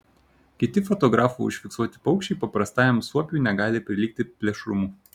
kiti fotografų užfiksuoti paukščiai paprastajam suopiui negali prilygti plėšrumu